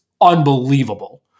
unbelievable